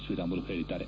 ಶ್ರೀರಾಮುಲು ಹೇಳಿದ್ದಾರೆ